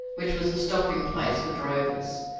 which was a stopping place for drovers.